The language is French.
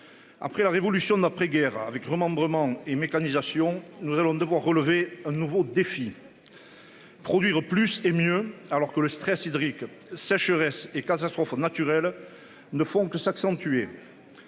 Après la révolution d'après-guerre avec remembrement et mécanisation nous allons devoir relever un nouveau défi. Produire plus et mieux, alors que le stress hydrique sécheresse et catastrophes naturelles ne font que s'accentuer.